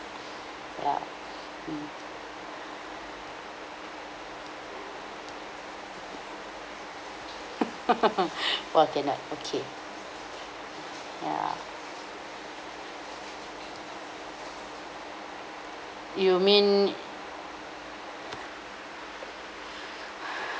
ya mm !wah! cannot okay ya you mean